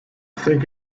think